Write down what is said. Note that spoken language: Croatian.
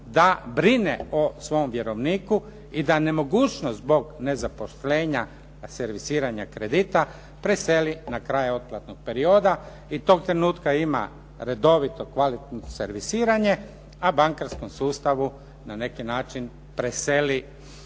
da brine o svom vjerovniku i da nemogućnost zbog nezaposlenja, servisiranja kredita preseli na kraj otplatnog perioda i tog trenutka i u tom trenutku ima redovito, kvalitetno servisiranje, a bankarskom sustavu na neki način preseli